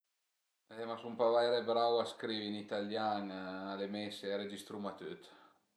Sun pa vaire brau a scrivi ën italian, al e mei se registruma tüt